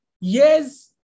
yes